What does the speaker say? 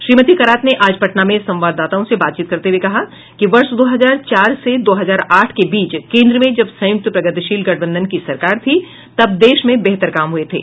श्रीमती करात ने आज पटना में संवाददाताओं से बातचीत करते हुए कहा कि कि वर्ष दो हजार चार से दो हजार आठ के बीच केंद्र में जब संयुक्त प्रगतिशील गठबंधन की सरकार थी तब देश में बेहतर काम हुए थे